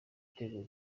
gitego